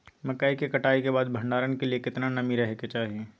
मकई के कटाई के बाद भंडारन के लिए केतना नमी रहै के चाही?